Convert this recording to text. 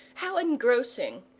how engrossing,